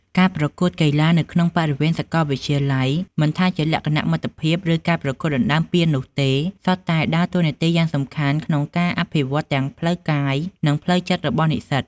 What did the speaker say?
ការប្រកួតកីឡានៅក្នុងបរិវេណសាកលវិទ្យាល័យ មិនថាជាលក្ខណៈមិត្តភាព ឬប្រកួតដណ្ដើមពាននោះទេ សុទ្ធតែដើរតួនាទីយ៉ាងសំខាន់ក្នុងការអភិវឌ្ឍទាំងផ្លូវកាយ និងផ្លូវចិត្តរបស់និស្សិត។